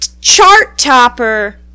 chart-topper